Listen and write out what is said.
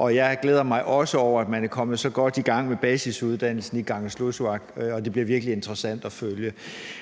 Jeg glæder mig også over, at man er kommet så godt i gang med basisuddannelsen i Kangerlussuaq, og det bliver virkelig interessant at følge.